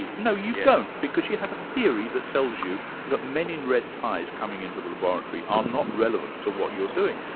no, you don't, because you have a theory that tells you that men in red ties coming in to the laboratory are not relevant to what you're doing'.